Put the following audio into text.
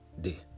day